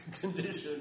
condition